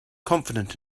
confident